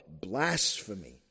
blasphemy